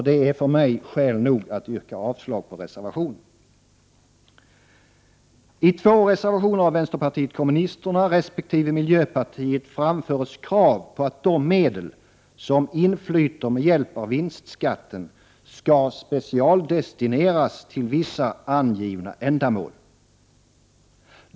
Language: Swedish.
Det är för mig skäl nog att yrka avslag på reservationen. I två reservationer av vpk resp. miljöpartiet framförs krav på att de medel som inflyter med hjälp av vinstskatten skall specialdestineras till vissa angivna ändamål.